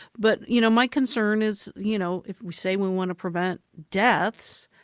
but you know my concern is, you know if we say we want to prevent deaths,